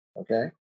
Okay